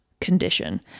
condition